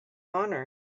honor